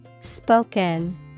Spoken